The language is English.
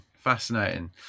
fascinating